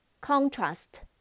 Contrast